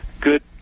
good